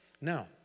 Now